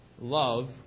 Love